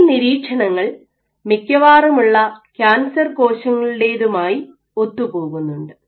ഈ നിരീക്ഷണങ്ങൾ മിക്കവാറുമുള്ള ക്യാൻസർ കോശങ്ങളുടേതുമായി ഒത്തു പോകുന്നുണ്ട്